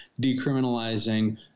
decriminalizing